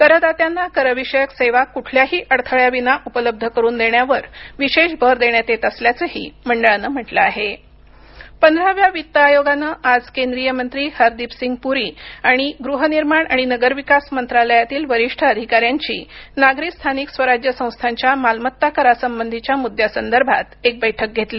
करदात्यांना करविषयक सेवा कुठल्याही अडथळ्याविना उपलब्ध करून देण्यावर विशेष भर देण्यात येत असल्याचं ही मंडळानं म्हटलं आहे पंधराव्या वित्त आयोगानं आज केंद्रीय मंत्री हरदीपसिंग पुरी आणि गृहनिर्माण आणि नगरविकास मंत्रायातील वरिष्ठ अधिकाऱ्यांची नागरी स्थानिक स्वराज्य संस्थांच्या मालमत्ता करासंबंधीच्या मुद्द्यासंदर्भात एक बैठक घेतली